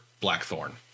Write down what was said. Blackthorn